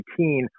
2018